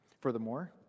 Furthermore